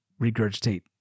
regurgitate